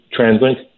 TransLink